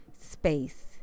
space